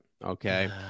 Okay